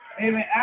Amen